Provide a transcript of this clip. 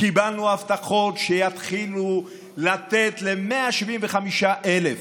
קיבלנו ההבטחות שיתחילו לתת ל-175,000,